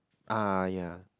ah ya